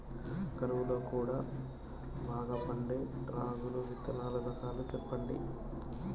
కరువు లో కూడా బాగా పండే రాగులు విత్తనాలు రకాలు చెప్పండి?